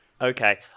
Okay